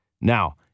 Now